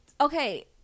okay